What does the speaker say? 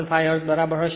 5 hertz બરાબર હશે